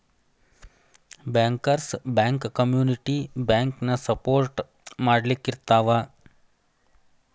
bankers bank community ಬ್ಯಾಂಕನ support ಮಾಡ್ಲಿಕ್ಕಿರ್ತಾವ